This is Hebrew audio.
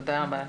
תודה רבה.